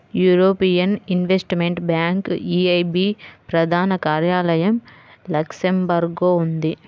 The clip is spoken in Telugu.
యూరోపియన్ ఇన్వెస్టిమెంట్ బ్యాంక్ ఈఐబీ ప్రధాన కార్యాలయం లక్సెంబర్గ్లో ఉంది